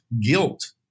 guilt